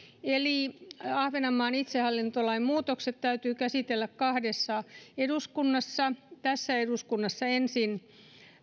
eli ahvenanmaan itsehallintolain muutokset täytyy käsitellä kahdessa eduskunnassa tässä eduskunnassa ensin